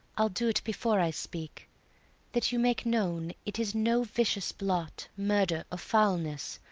i'll do't before i speak that you make known it is no vicious blot, murder, or foulness,